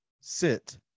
Sit